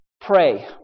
pray